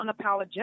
unapologetic